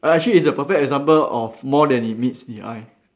uh actually it's a perfect example of more than it meets the eye